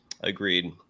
Agreed